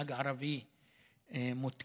נהג ערבי מותקף,